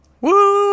Woo